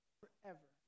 forever